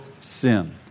sin